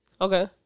Okay